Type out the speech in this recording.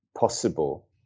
Possible